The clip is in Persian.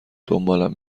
دنبالم